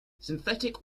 synthetic